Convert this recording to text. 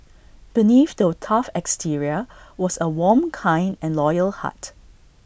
believe the tough exterior was A warm kind and loyal heart